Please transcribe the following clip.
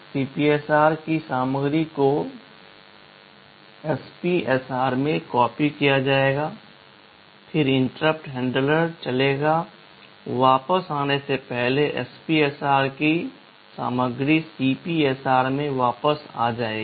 CPSR की सामग्री को SPSR में कॉपी किया जाएगा फिर इंटरप्ट हैंडलर चलेगा वापस आने से पहले SPSR की सामग्री CPSR में वापस आ जाएगी